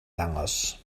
dangos